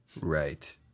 right